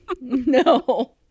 no